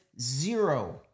zero